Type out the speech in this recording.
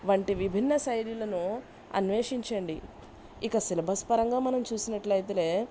వంటి విభిన్న శైలిలను అన్వేషించండి ఇక సిలబస్ పరంగా మనం చూసినట్లయితేలే